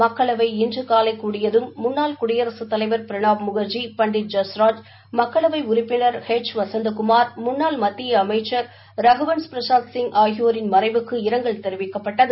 மக்களவை இன்று காலை கூடியதும் முன்னாள் குடியரசுத் தலைவர் பிரணாப் முகர்ஜி பண்டிட் ஜஸ்ராஜ் மக்களவை உறுப்பினர் எச் வசந்தகுமார் முன்னாள் மத்திய அமைச்சர் ரகுவன்ஸ் பிரசாத் சிய் ஆகியோரின் மறைவுக்கு இரங்கல் தெரிவிக்கப்பட்டது